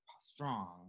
strong